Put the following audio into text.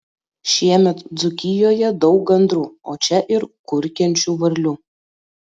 šiemet dzūkijoje daug gandrų o čia ir kurkiančių varlių